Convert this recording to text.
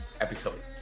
episode